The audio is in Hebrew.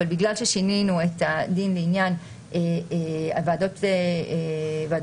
אבל בגלל ששינינו את הדין לעניין הוועדות השחרורים,